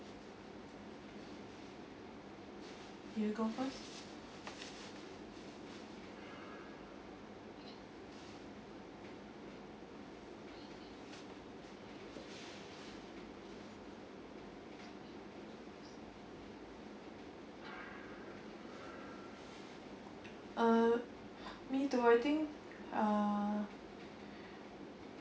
you go first uh me too I think uh